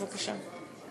בבקשה?